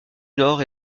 nord